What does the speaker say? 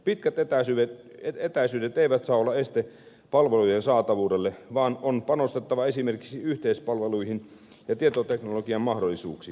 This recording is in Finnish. pitkät etäisyydet eivät saa olla este palvelujen saatavuudelle vaan on panostettava esimerkiksi yhteispalveluihin ja tietoteknologian mahdollisuuksiin